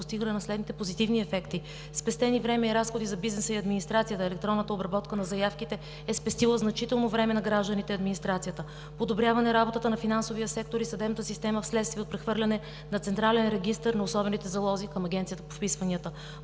постигане на следните позитивни ефекти: спестени време и разходи за бизнеса и администрацията – електронната обработка на заявките е спестила значително време на гражданите и администрацията; подобряване работата на финансовия сектор и съдебната система вследствие от прехвърляне на централен регистър на особените залози към Агенцията по вписванията;